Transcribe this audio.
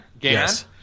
Yes